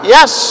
Yes